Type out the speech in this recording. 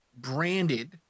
branded